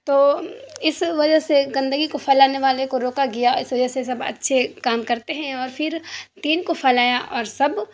تو اس وجہ سے گندگی کو پھیلانے والے کو روکا گیا اس وجہ سے سب اچھے کام کرتے ہیں اور پھر دین کو پھیلایا اور سب